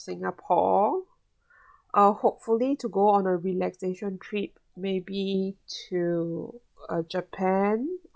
singapore uh hopefully to go on a relaxation trip maybe to uh japan